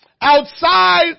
Outside